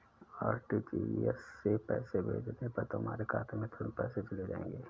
RTGS से पैसे भेजने पर तुम्हारे खाते में तुरंत पैसे चले जाएंगे